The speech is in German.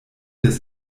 des